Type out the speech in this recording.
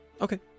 Okay